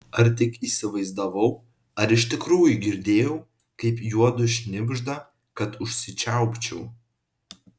ar tik įsivaizdavau ar iš tikrųjų girdėjau kaip juodu šnibžda kad užsičiaupčiau